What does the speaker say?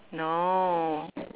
no